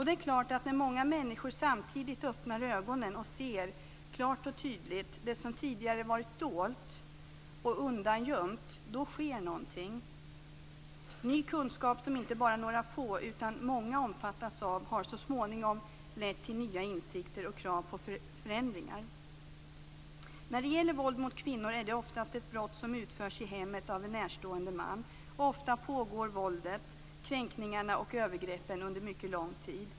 Det är klart att när många människor samtidigt öppnar ögonen och klart och tydligt ser det som tidigare har varit dolt och undangömt, då sker någonting! Ny kunskap som inte bara några få utan många omfattas av har så småningom lett till nya insikter och krav på förändringar. När det gäller våld mot kvinnor är det oftast fråga om ett brott som utförs i hemmet av en närstående man. Ofta pågår våldet, kränkningarna och övergreppen under mycket lång tid.